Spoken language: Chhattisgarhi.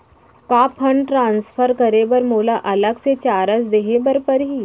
का फण्ड ट्रांसफर करे बर मोला अलग से चार्ज देहे बर परही?